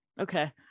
Okay